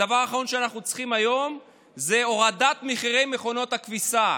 הדבר האחרון שאנחנו צריכים היום זה הורדת מחירי מכונות הכביסה.